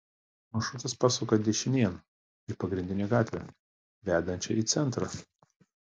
maršrutas pasuka dešinėn į pagrindinę gatvę vedančią į centrą